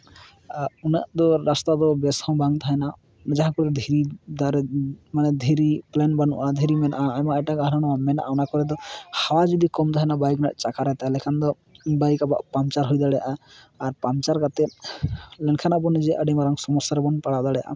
ᱩᱱᱟᱹᱜ ᱫᱚ ᱨᱟᱥᱛᱟ ᱦᱚᱸ ᱵᱮᱥ ᱫᱚ ᱵᱟᱝ ᱛᱟᱦᱮᱱᱟ ᱡᱟᱦᱟᱸ ᱠᱚᱨᱮ ᱫᱷᱤᱨᱤ ᱫᱟᱨᱮ ᱢᱟᱱᱮ ᱫᱷᱤᱨᱤ ᱯᱞᱮᱱ ᱵᱟᱹᱱᱩᱜᱼᱟ ᱫᱷᱤᱨᱤ ᱢᱮᱱᱟᱜᱼᱟ ᱟᱭᱢᱟ ᱮᱴᱟᱜᱟᱜ ᱢᱮᱱᱟᱜᱼᱟ ᱚᱱᱟ ᱠᱚᱨᱮ ᱫᱚ ᱦᱟᱣᱟ ᱡᱩᱫᱤ ᱠᱚᱢ ᱛᱟᱦᱮᱱᱟ ᱵᱟᱭᱤᱠ ᱨᱮᱱᱟᱜ ᱪᱟᱠᱟ ᱨᱮ ᱛᱟᱦᱚᱞᱮ ᱩᱱᱫᱚ ᱵᱟᱭᱤᱠ ᱟᱵᱚᱣᱟᱜ ᱯᱟᱱᱪᱟᱨ ᱦᱩᱭ ᱫᱟᱲᱭᱟᱜᱼᱟ ᱟᱨ ᱯᱟᱱᱪᱟᱨ ᱠᱟᱛᱮ ᱢᱮᱱᱠᱷᱟᱱ ᱟᱵᱚ ᱱᱤᱡᱮ ᱟᱹᱰᱤ ᱢᱟᱨᱟᱝ ᱥᱚᱢᱚᱥᱥᱟ ᱨᱮᱵᱚᱱ ᱯᱟᱲᱟᱣ ᱫᱟᱲᱮᱭᱟᱜᱼᱟ